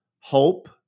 hope